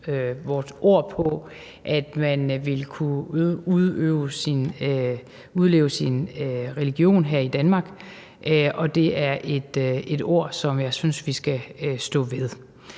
vores ord på, at man ville kunne udøve og udleve sin religion i Danmark, og det er et ord, som jeg synes vi skal stå ved.